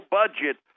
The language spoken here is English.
budget